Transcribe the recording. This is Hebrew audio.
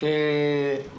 אנחנו